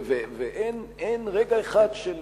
ואין רגע אחד של